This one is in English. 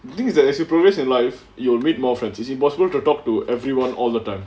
this is like as you progress in life you will meet more friends it's impossible to talk to everyone all the time